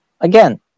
again